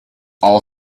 all